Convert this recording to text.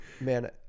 man